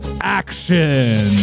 action